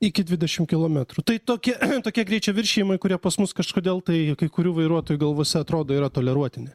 iki dvidešimt kilometrų tai tokie tokie greičio viršijimai kurie pas mus kažkodėl tai kai kurių vairuotojų galvose atrodo yra toleruotini